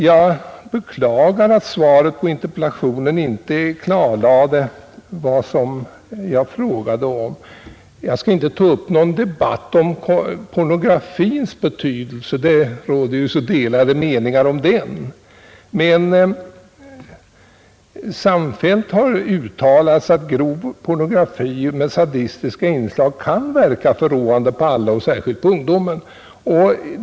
Jag beklagar att svaret på interpellationen inte klarlade vad jag frågade om. Jag skall inte ta upp någon debatt om pornografins betydelse; det råder ju så delade meningar om den. Samfällt har emellertid uttalats att grov pornografi med sadistiska inslag kan verka förråande, särskilt på ungdomen.